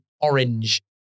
orange